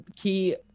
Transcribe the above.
key